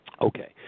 Okay